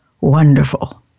Wonderful